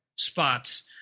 spots